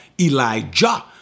Elijah